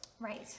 Right